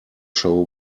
show